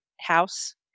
house